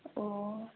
ꯑꯣ